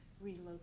relocate